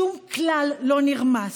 שום כלל לא נרמס.